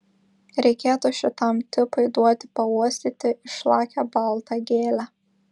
reikėtų šitam tipui duoti pauostyti išlakią baltą gėlę